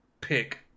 pick